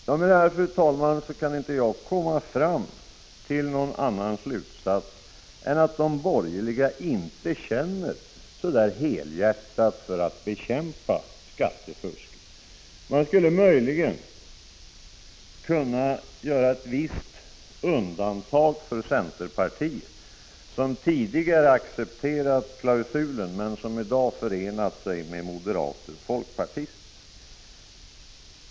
Jag kan inte komma till någon annan slutsats än att de borgerliga inte 11 december 1985 känner så helhjärtat för att bekämpa skattefusket. Möjligen skulle man i det sammanhanget kunna göra ett visst undantag för centerpartiet, som tidigare har accepterat klausulen men som den här gången har förenat sig med moderater och folkpartister.